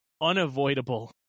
unavoidable